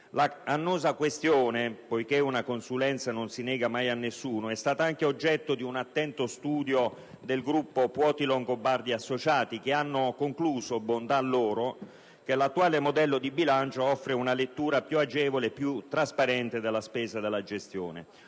L'annosa questione, poiché una consulenza non si nega mai a nessuno, è stata anche oggetto di un attento studio del gruppo Puoti, Longobardi e Associati che hanno concluso - bontà loro - che l'attuale modello di bilancio offre una lettura più agevole e trasparente della spesa e della gestione.